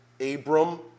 Abram